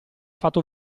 fatto